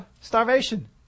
starvation